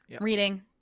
reading